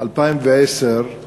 2010 הוא